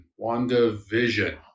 WandaVision